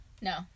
no